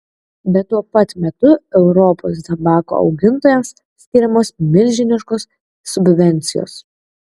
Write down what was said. bet tuo pat metu europos tabako augintojams skiriamos milžiniškos subvencijos